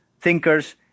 thinkers